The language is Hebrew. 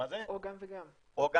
או גם וגם.